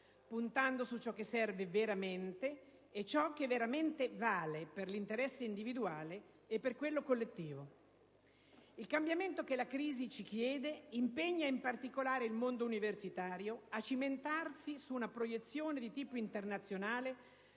puntando su ciò che serve veramente e ciò che veramente vale sia per l'interesse individuale, che per quello collettivo. Il cambiamento che la crisi ci chiede impegna in particolare il mondo universitario a cimentarsi su una proiezione di tipo internazionale